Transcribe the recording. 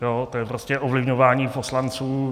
To je prostě ovlivňování poslanců.